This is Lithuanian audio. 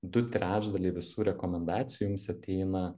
du trečdaliai visų rekomendacijų jums ateina